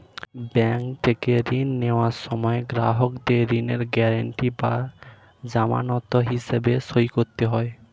bank থেকে ঋণ নেওয়ার সময় গ্রাহকদের ঋণের গ্যারান্টি বা জামানত হিসেবে সই করতে হয়